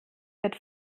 wird